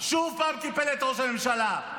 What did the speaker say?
שוב קיפל את ראש הממשלה.